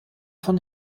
von